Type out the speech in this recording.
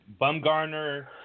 Bumgarner